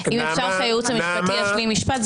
אם אפשר לאפשר ליועץ המשפטי להשלים משפט.